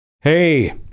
Hey